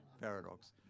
paradox